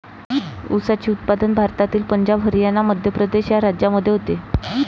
ऊसाचे उत्पादन भारतातील पंजाब हरियाणा मध्य प्रदेश या राज्यांमध्ये होते